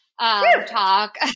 talk